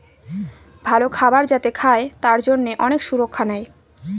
ভালো খাবার যাতে খায় তার জন্যে অনেক সুরক্ষা নেয়